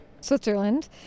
Switzerland